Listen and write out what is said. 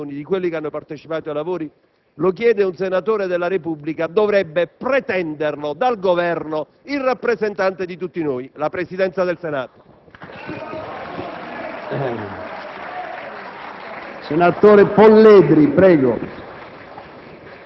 però, il rispetto del ruolo dei parlamentari, delle Commissioni e di coloro che hanno partecipato ai lavori, lo chiede un senatore della Repubblica, dovrebbe pretenderlo dal Governo il rappresentante di tutti noi: la Presidenza del Senato.